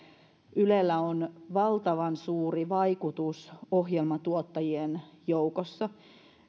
ylellä on valtavan suuri vaikutus ohjelmatuottajien joukossa